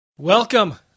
Welcome